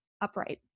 upright